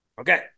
okay